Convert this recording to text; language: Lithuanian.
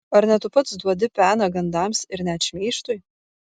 ar ne tu pats duodi peną gandams ir net šmeižtui